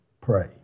pray